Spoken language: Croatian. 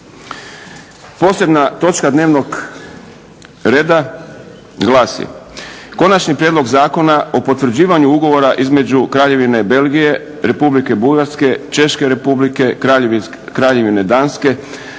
Posebna točka dnevnog reda glasi: - Konačni prijedlog zakona o potvrđivanja Ugovora između Kraljevine Belgije, Republike Bugarske, Češke Republike, Kraljevine Danske,